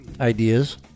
ideas